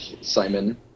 Simon